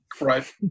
Right